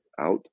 out